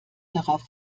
darauf